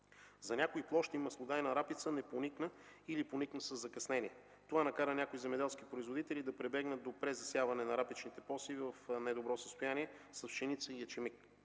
За някои площи маслодайна рапица не поникна или поникна със закъснение. Това накара някои земеделски производители да прибягнат до презасяване на рапичните посеви в недобро състояние с пшеница и ечемик.